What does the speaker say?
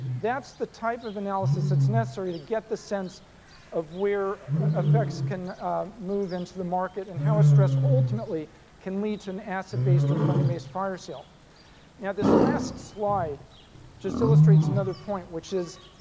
that's the type of analysis that's necessary to get the sense of where effects can move into the market and how a stress ultimately can lead to an asset-based or funding-based fire sale. now this last slide just illustrates another point which is